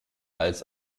als